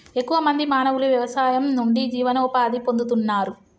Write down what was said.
ఎక్కువ మంది మానవులు వ్యవసాయం నుండి జీవనోపాధి పొందుతున్నారు